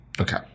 Okay